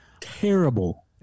Terrible